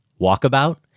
Walkabout